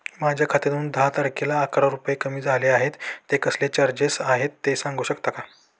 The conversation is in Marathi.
माझ्या खात्यातून दहा तारखेला अकरा रुपये कमी झाले आहेत ते कसले चार्जेस आहेत सांगू शकता का?